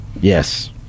Yes